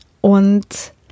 Und